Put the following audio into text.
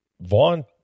Vaughn